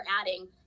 adding